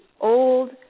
old